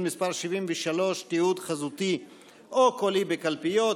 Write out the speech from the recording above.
מס' 73) (תיעוד חזותי או קולי בקלפיות),